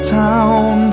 town